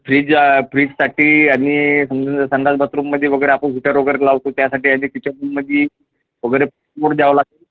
fridge फ्रीजसाठी आणि समजा संडास बाथरूममध्ये वगैरे आपण हिटर वगैरे लावतो त्यासाठी आधी किचनमध्ये वगैरे मोठं द्यावं लागेल